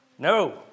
No